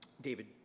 David